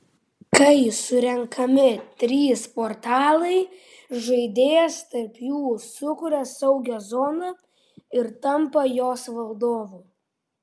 kai surenkami trys portalai žaidėjas tarp jų sukuria saugią zoną ir tampa jos valdovu